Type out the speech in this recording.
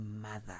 mother